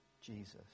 Jesus